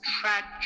tragic